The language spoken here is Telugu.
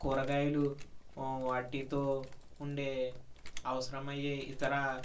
కూరగాయలు వాటితో వుండే అవసరమయ్యే ఇతర